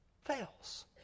fails